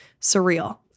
Surreal